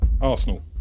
Arsenal